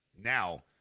Now